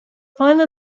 finally